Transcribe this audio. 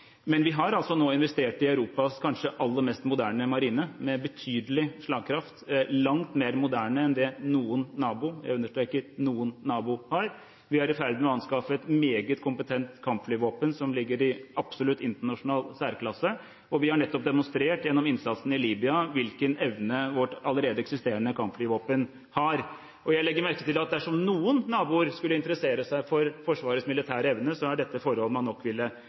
Men vi har altså nå investert i Europas kanskje aller mest moderne marine, med betydelig slagkraft, langt mer moderne enn det noen nabo – jeg understreker noen nabo – har. Vi er i ferd med å anskaffe et meget kompetent kampflyvåpen som ligger i absolutt internasjonal særklasse, og vi har nettopp demonstrert gjennom innsatsen i Libya hvilken evne vårt allerede eksisterende kampflyvåpen har. Jeg legger til at dersom noen naboer skulle interessere seg for Forsvarets militære evne, er dette forhold man nok ville